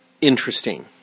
interesting